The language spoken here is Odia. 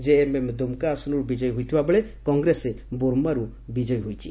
ଜେଏମ୍ଏମ୍ ଦୁମ୍କା ଆସନରୁ ବିଜୟୀ ହୋଇଥିବାବେଳେ କଂଗ୍ରେସ ବର୍ମୋରୁ ବିଜୟୀ ହୋଇଛି